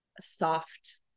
soft